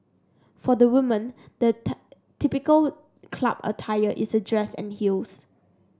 for the women the typical club attire is a dress and heels